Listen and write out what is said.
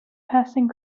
passing